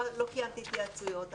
לא קיימתי התייעצויות.